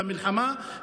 במלחמה,